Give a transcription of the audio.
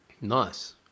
Nice